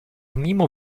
mimo